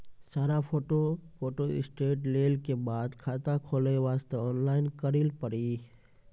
सारा photo photostat लेल के बाद खाता खोले वास्ते ऑनलाइन करिल पड़ी?